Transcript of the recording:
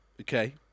Okay